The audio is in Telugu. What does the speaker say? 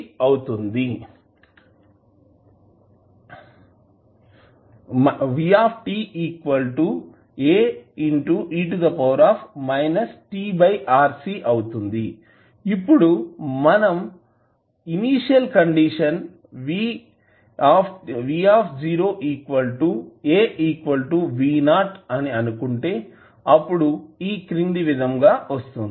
అవుతుంది ఇప్పుడు మనం ఇనీషియల్ కండిషన్ అని అనుకుంటే అప్పుడు ఈ క్రింది విధంగా వస్తుంది